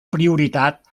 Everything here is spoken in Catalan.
prioritat